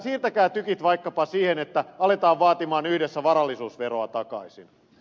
siirtäkää tykit vaikkapa siihen että aletaan vaatia yhdessä varallisuusveroa takaisin